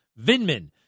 Vinman